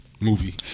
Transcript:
movie